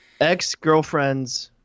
ex-girlfriend's